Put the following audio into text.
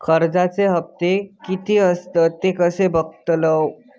कर्जच्या हप्ते किती आसत ते कसे बगतलव?